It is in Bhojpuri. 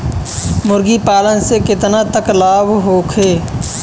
मुर्गी पालन से केतना तक लाभ होखे?